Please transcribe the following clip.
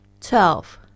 Twelve